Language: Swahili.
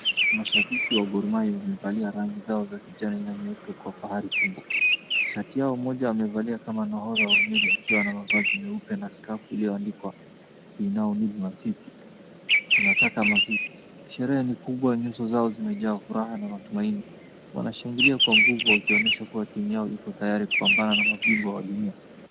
Mashabiki wa Gor Mahia wamevalia rangi zao za kijani na nyeupe kwa fahari kubwa. Kati yao, mmoja amevalia kama nahodha wa meli akiwa na mavazi meupe na skafu ilioandikwa, "WE NOW NEED MANCITY (tunataka mancity)." Sherehe ni kubwa nyuso zao zimejaa furaha na matumaini. Wanashangilia kwa nguvu wakionyesha kuwa timu yao iko tayari kupambana na mabingwa wa dunia.